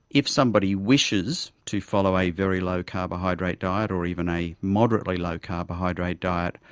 if somebody wishes to follow a very low carbohydrate diet or even a moderately low carbohydrate diet,